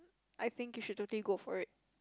I think you should totally go for it